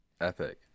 Epic